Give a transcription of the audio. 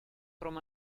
from